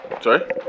Sorry